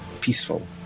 peaceful